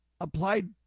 applied